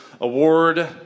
award